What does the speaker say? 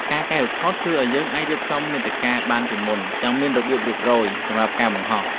ការកែរូបថតជួយឱ្យយើងអាចរៀបចំមាតិកាជាមុនបានយ៉ាងមានរបៀបរៀបរយសម្រាប់ការបង្ហោះ។